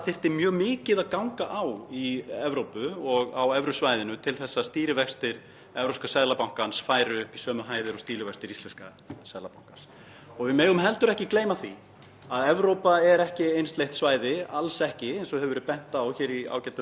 Við megum heldur ekki gleyma því að Evrópa er ekki einsleitt svæði, alls ekki, eins og hefur verið bent á hér í ágætum umræðum. Og innan landa, meira að segja innan Evrópusambandsins, getum við verið með alveg gjörólík hagkerfi. Ég nefni bara Ítalíu sem dæmi þar sem við erum með, í norðurhluta landsins,